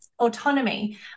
autonomy